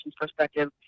perspective